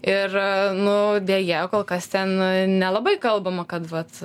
ir nu deja kol kas ten nelabai kalbama kad vat